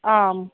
आम्